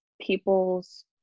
people's